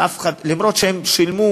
למרות שהם שילמו